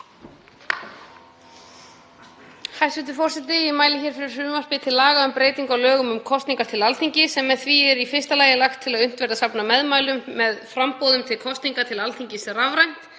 Hæstv. forseti. Ég mæli fyrir frumvarpi til laga um breytingu á lögum um kosningar til Alþingis. Með því er í fyrsta lagi lagt til að unnt verði að safna meðmælum með framboðum til kosninga til Alþingis rafrænt